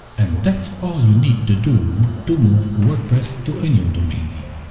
and that's all you need to do to move wordpress to a new domain name.